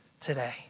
today